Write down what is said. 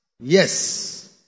Yes